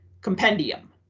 compendium